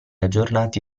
aggiornati